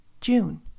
June